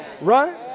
Right